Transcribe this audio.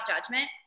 judgment